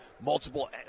multiple